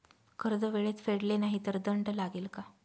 कर्ज वेळेत फेडले नाही तर दंड लागेल का?